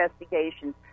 investigations